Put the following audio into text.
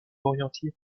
orientées